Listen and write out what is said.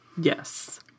yes